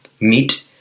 meet